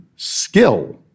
skill